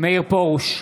מאיר פרוש,